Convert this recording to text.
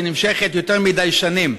שנמשכת יותר מדי שנים.